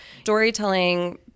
Storytelling